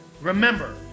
remember